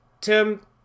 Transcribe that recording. Tim